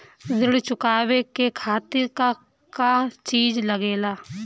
ऋण चुकावे के खातिर का का चिज लागेला?